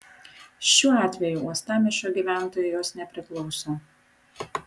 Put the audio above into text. šiuo atveju uostamiesčio gyventojui jos nepriklauso